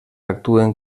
actuen